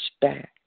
back